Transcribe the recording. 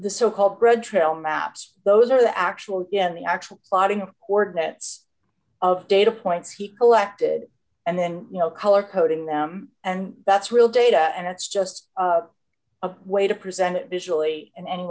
the so called red trail maps those are the actual the actual plotting coordinates of data points he collected and then you know color coding them and that's real data and it's just a way to present it visually and an